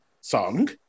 song